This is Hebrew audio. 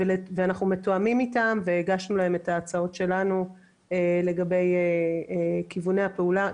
ואנחנו מתואמים איתם והגשנו להם את ההצעות שלנו לגבי כיווני הפעולה,